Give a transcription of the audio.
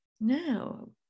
no